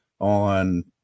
on